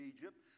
Egypt